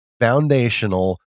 foundational